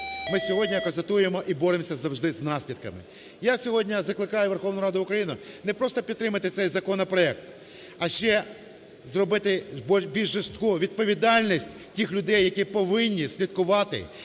ми сьогодні констатуємо і боремося завжди з наслідками. Я сьогодні закликаю Верховну Раду України не просто підтримати цей законопроект, а ще зробити більш жорстку відповідальність тих людей, які повинні слідкувати,